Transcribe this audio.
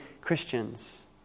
Christians